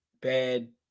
bad